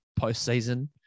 postseason